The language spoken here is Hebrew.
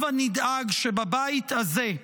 הבה נדאג שבבית הזה,